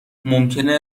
ممکنه